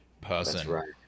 person